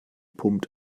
pumpt